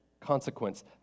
consequence